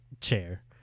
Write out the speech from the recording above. chair